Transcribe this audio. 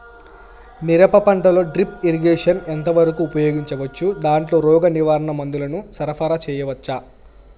మిరప పంటలో drip irrigation ఎంత వరకు ఉపయోగించవచ్చు, దాంట్లో రోగ నివారణ మందుల ను సరఫరా చేయవచ్చా?